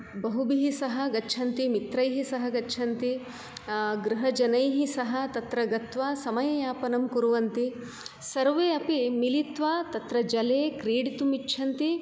बहुभिः सह गच्छन्ति मित्रैः सह गच्छन्ति गृहजनैः सह तत्र गत्वा समययापनं कुर्वन्ति सर्वे अपि मिलत्वा तत्र जले क्रीडितुमिच्छन्ति